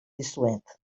dizuet